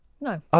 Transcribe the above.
No